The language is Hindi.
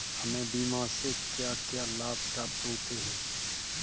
हमें बीमा से क्या क्या लाभ प्राप्त होते हैं?